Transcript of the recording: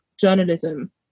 journalism